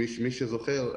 מי שזוכר,